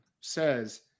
says